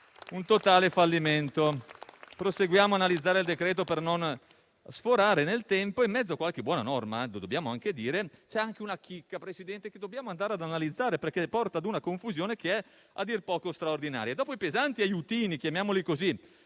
un totale fallimento. Proseguiamo ad analizzare il decreto-legge per non sforare nel tempo. In mezzo a qualche buona norma - lo dobbiamo dire - c'è anche una chicca, Presidente, che dobbiamo analizzare, perché porta a una confusione che è a dir poco straordinaria. Dopo i pesanti "aiutini" (chiamiamoli così)